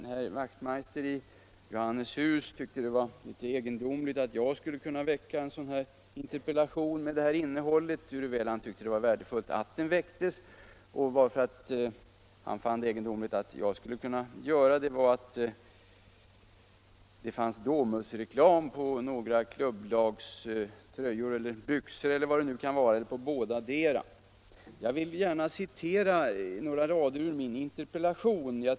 Herr Wachtmeister i Staffanstorp fann det litet egendomligt att jag skulle kunna ställa en interpellation med detta innehåll, ehuru han tyckte det var värdefullt att interpellationen kommit. Anledningen till att herr Wachtmeister fann det egendomligt att jag har ställt interpellationen var att det förekom Domusreklam på några klubblags dräkter. Jag vill därför gärna citera några rader ur min interpellation.